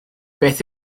beth